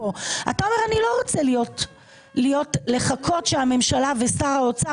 אתה אומר: אני לא רוצה לחכות שהממשלה ושר האוצר